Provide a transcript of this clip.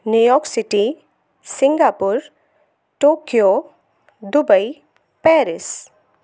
New York city Singapore Tokyo Dubai Paris